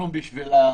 אנחנו בשביל הצבעה.